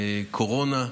קורונה,